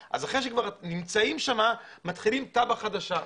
אז אחרי שכבר נמצאים שם, מתחילים תב"ע חדשה.